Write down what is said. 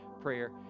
prayer